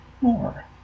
more